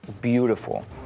beautiful